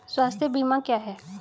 स्वास्थ्य बीमा क्या है?